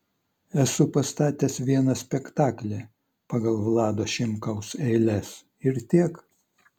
esu pastatęs vieną spektaklį pagal vlado šimkaus eiles ir tiek